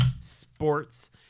sports